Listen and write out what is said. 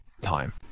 time